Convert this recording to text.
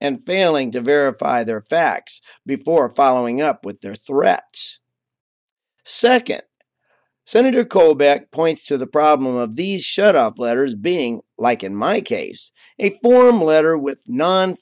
and failing to verify their facts before following up with their threats second senator kohl back point to the problem of these shut up letters being like in my case a form letter with non